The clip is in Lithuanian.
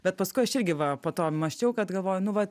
bet paskui aš irgi va po to mąsčiau kad galvoju nu va